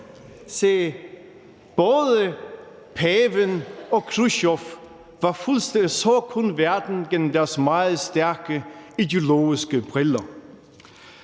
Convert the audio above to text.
Se, både paven og Khrusjtjov så kun verden gennem deres meget stærke ideologiske briller.